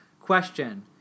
Question